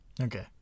Okay